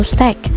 Stack